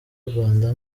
rwanda